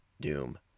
Doom